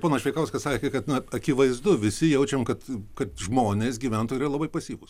ponas šveikauskas sakė kad na akivaizdu visi jaučiam kad kad žmonės gyventojai yra labai pasyvūs